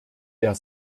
der